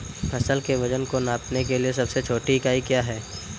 फसल के वजन को नापने के लिए सबसे छोटी इकाई क्या है?